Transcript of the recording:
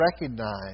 recognize